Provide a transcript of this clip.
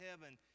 heaven